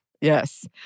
Yes